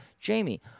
Jamie